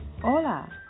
hola